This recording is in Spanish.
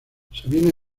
sabinas